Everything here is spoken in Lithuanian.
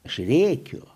aš rėkiu